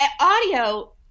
Audio